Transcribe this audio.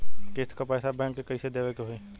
किस्त क पैसा बैंक के कइसे देवे के होई?